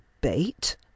bait